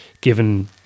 given